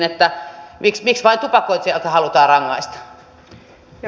miksi vain tupakoitsijoita halutaan rangaista